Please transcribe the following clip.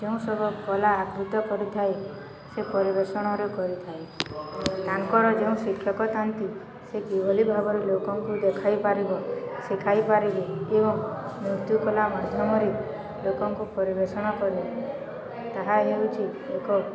ଯେଉଁ ସବୁ କଲା ଆକୃତ କରିଥାଏ ସେ ପରିବେଷଣରେ କରିଥାଏ ତାଙ୍କର ଯେଉଁ ଶିକ୍ଷକ ଥାଆନ୍ତି ସେ କିଭଳି ଭାବରେ ଲୋକଙ୍କୁ ଦେଖାଇ ପାରିବ ଶିଖାଇ ପାରିବେ ଏବଂ ନୃତ୍ୟ କଳା ମାଧ୍ୟମରେ ଲୋକଙ୍କୁ ପରିବେଷଣ କରିବ ତାହା ହେଉଛି ଏକ